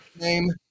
name